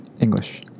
English